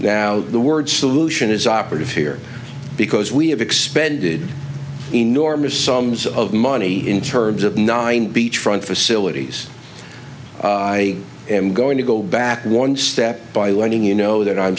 down the word solution is operative here because we have expended enormous sums of money in terms of nine beach front facilities i am going to go back one step by learning you know that i'm